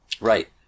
Right